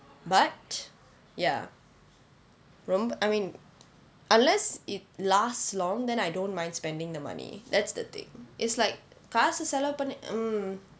but ya ரொம்ப:romba I mean unless it last long then I don't mind spending the money that's the thing it's like காசு செலவு பண்ண:kaasu selavu panna mm